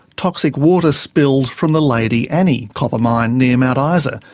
toxic water spilled from the lady annie copper mine near mount um isa,